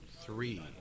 Three